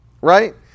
right